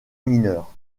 mineure